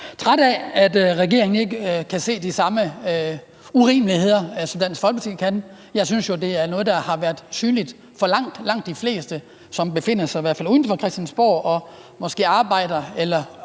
træt af, at regeringen ikke kan se de samme urimeligheder, som Dansk Folkeparti kan. Jeg synes jo, det er noget, der har været synligt for langt, langt de fleste, i hvert fald som befinder sig uden for Christiansborg og måske arbejder eller